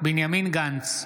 בנימין גנץ,